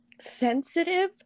sensitive